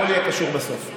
הכול יהיה קשור בסוף.